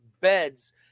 Beds